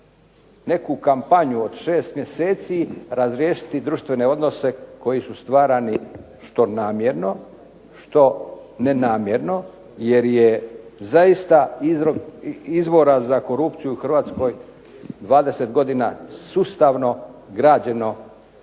neku kampanju od šest mjeseci razriješiti društvene odnose koji su stvarani što namjerno, što nenamjerno jer je zaista izvora za korupciju u Hrvatskoj 20 godina sustavno građeno